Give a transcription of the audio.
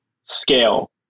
scale